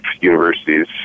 universities